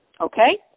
Okay